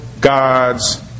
God's